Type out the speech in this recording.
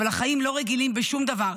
אבל החיים לא רגילים בשום דבר.